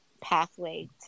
pathway